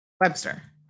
Webster